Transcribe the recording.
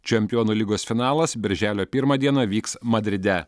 čempionų lygos finalas birželio pirmą dieną vyks madride